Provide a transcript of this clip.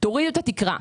תורידו את התקרה.